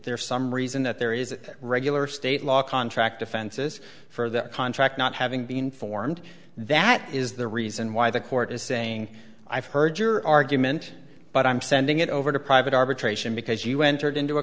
there some reason that there is a regular state law contract offenses for that contract not having been informed that is the reason why the court is saying i've heard your argument but i'm sending it over to private arbitration because you entered into a